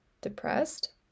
depressed